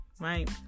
right